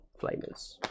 flamers